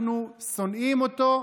אנחנו שונאים אותו,